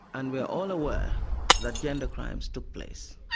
and we're all aware that gender crimes took place.